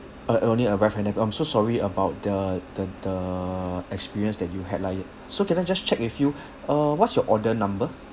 uh only arrived at nine P_M I'm so sorry about the the the experience that you had lah so can I just check with you uh what's your order number